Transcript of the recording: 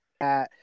at-